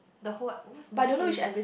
the whole what's the series